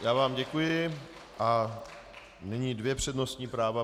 Já vám děkuji a nyní dvě přednostní práva.